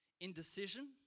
indecision